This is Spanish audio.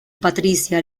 patricia